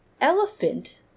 elephant